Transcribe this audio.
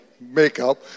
makeup